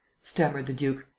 stammered the duke,